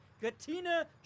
Katina